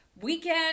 weekend